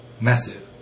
massive